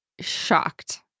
shocked